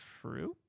True